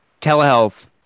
Telehealth